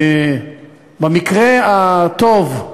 במקרה הטוב,